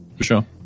Sure